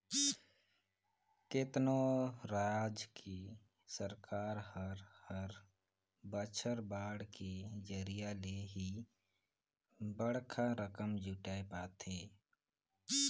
केतनो राज के सरकार हर हर बछर बांड के जरिया ले ही बड़खा रकम जुटाय पाथे